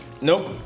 Nope